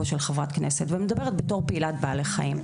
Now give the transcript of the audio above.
של חברת כנסת ומדברת בתור פעילת בעלי חיים,